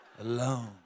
alone